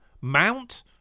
Mount